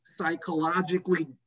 psychologically